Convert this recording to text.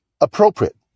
appropriate